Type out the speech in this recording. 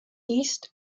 east